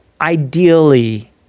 ideally